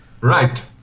Right